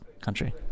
country